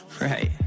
right